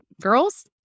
girls